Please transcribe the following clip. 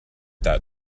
that